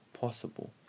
possible